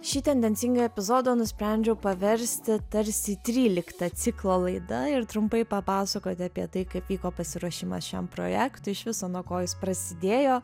šį tendencingai epizodą nusprendžiau paversti tarsi trylikta ciklo laida ir trumpai papasakoti apie tai kaip vyko pasiruošimas šiam projektui iš viso nuo ko jis prasidėjo